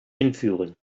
hinführen